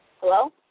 Hello